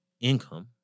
income